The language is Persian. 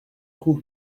کوه